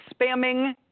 spamming